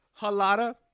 Halada